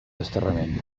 desterrament